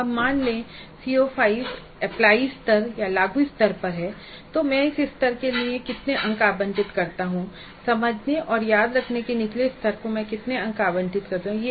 अब मान लें कि CO5 लागूएप्लाई स्तर पर है तो मैं इस स्तर के लिए कितने अंक आवंटित करता हूं और समझने और याद रखने के निचले स्तरों को मैं कितने अंक आवंटित करता हूं